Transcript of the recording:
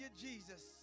Jesus